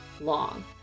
long